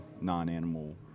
non-animal